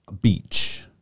beach